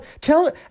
tell